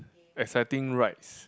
accepting rights